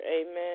Amen